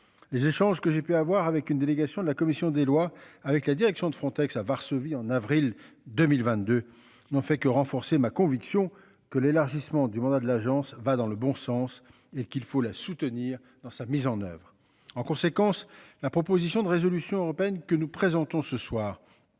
les échanges que j'ai pu avoir avec une délégation de la commission des lois avec la direction de Frontex à Varsovie en avril 2022, n'ont fait que renforcer ma conviction que l'élargissement du mandat de l'Agence va dans le bon sens et qu'il faut la soutenir dans sa mise en oeuvre en conséquence la proposition de résolution européenne que nous présentons ce soir.